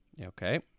Okay